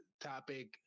topic